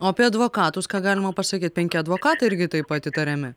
o apie advokatus ką galima pasakyt penki advokatai irgi taip pat įtariami